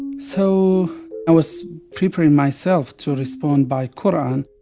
so i was preparing myself to respond by quran.